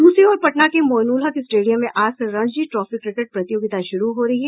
दूसरी और पटना के मोईनुलहक स्टेडियम में आज से रणजी ट्रॉफी क्रिकेट प्रतियोगिता शुरू हो रही है